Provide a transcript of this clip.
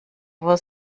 vor